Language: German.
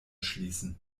schließen